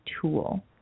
tool